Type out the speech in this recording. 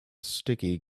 sticky